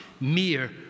mere